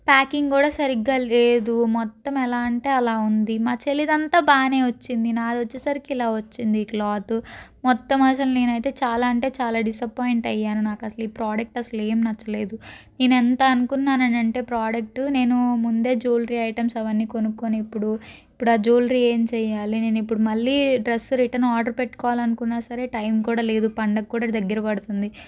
packing కూడా సరిగ్గా లేదు మొత్తం ఎలా అంటే అలా ఉంది మా చెల్లిది అంతా బాగానే వచ్చింది నాది వచ్చేసరికి ఇలా వచ్చింది క్లాత్ మొత్తం అసలు నేను అయితే చాలా అంటే చాలా డిసప్పాయింట్ అయ్యాను నాకు అసలు ఈ ప్రోడక్ట్ అసలు ఏం నచ్చలేదు నేను ఎంత అనుకున్నాను అని అంటే ప్రోడక్ట్ నేను ముందే జువెలరీ ఐటమ్స్ అవన్నీ కొనుక్కొని ఇప్పుడు ఇప్పుడు ఆ జువెలరీ ఏం చేయాలి నేను ఇప్పుడు మళ్ళీ డ్రస్సు రిటర్న్ ఆర్డర్ పెట్టుకోవాలని అనుకున్నాను సరే టైం కూడా లేదు పండగ కూడా దగ్గర పడుతుంది